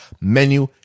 menu